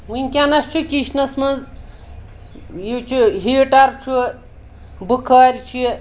وٕنکیٚنَس چھُ کِچنَس منٛز یہِ چھُ ہیٖٹر چھُ بُخٲرۍ چھُ